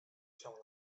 się